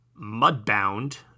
Mudbound